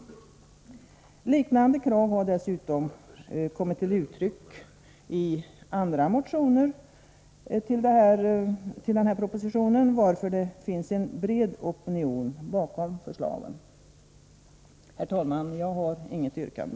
Liknande krav har dessutom kommit till uttryck i andra motioner i anledning av denna proposition, varför det finns en bred opinion bakom förslagen. Herr talman! Jag har inget yrkande.